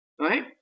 right